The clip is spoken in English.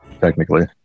technically